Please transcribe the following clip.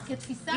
כתפיסה.